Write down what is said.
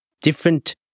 different